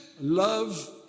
love